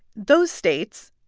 those states,